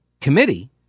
committee